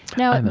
now i know,